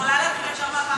את יכולה להתחיל ישר מהפעם,